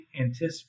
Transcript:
anticipate